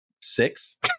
six